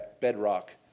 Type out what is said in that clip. bedrock